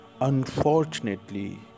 Unfortunately